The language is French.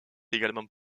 également